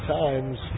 times